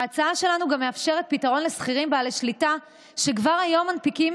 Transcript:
ההצעה שלנו גם מאפשרת פתרון לשכירים בעלי שליטה שכבר היום מנפיקים